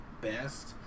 best